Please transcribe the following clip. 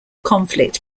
conflict